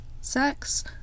sex